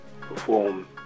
perform